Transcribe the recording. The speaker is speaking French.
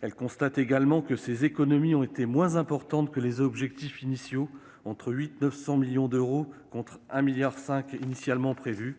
elle remarque également que ces économies ont été moins importantes que les objectifs initiaux, puisqu'elles se situent entre 800 et 900 millions d'euros par an, contre 1,5 milliard d'euros initialement prévus.